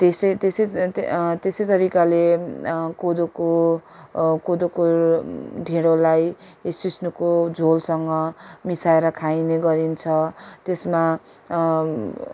त्यसै त्यसै त्यसै तरिकाले कोदोको कोदोको ढिँडोलाई यो सिस्नोको झोलसँग मिसाएर खाइने गरिन्छ त्यसमा